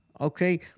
Okay